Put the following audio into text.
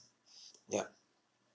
yup